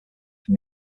from